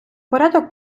порядок